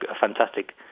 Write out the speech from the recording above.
fantastic